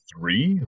three